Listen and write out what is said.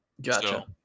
Gotcha